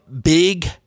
big